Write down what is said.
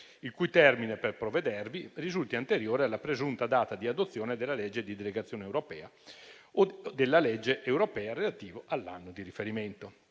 il cui termine per provvedervi risulti anteriore alla presunta data di adozione della legge di delegazione europea o della legge europea relativa all'anno di riferimento.